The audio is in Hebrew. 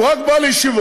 הוא רק בא לישיבות.